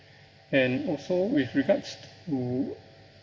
and also with regards to